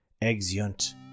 exeunt